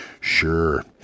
Sure